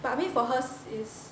but I mean for hers is